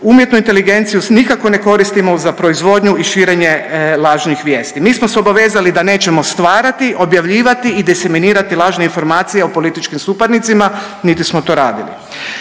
umjetnu inteligenciju nikako ne koristimo za proizvodnju i širenje lažnih vijesti. Mi smo se obavezali da nećemo stvarati, objavljivati i disimilirati lažne informacije o političkim suparnicima niti smo to radili.